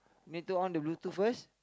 need to on the Bluetooth first